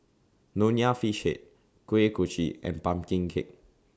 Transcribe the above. Nonya Fish Head Kuih Kochi and Pumpkin Cake